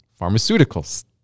pharmaceuticals